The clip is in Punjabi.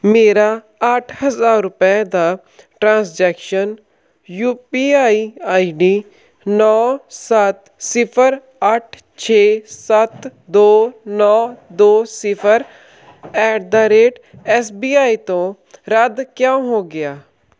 ਮੇਰਾ ਅੱਠ ਹਜ਼ਾਰ ਰੁਪਏ ਦਾ transaction U P I I D ਨੌ ਸੱਤ ਸਿਫਰ ਅੱਠ ਛੇ ਸੱਤ ਦੋ ਨੌ ਦੋ ਸਿਫਰ at the rate S B I ਤੋਂ ਰੱਦ ਕਿਉਂ ਹੋ ਗਿਆ